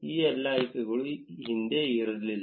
ಈ ಎಲ್ಲಾ ಆಯ್ಕೆಗಳು ಹಿಂದೆ ಇರಲಿಲ್ಲ